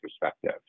perspective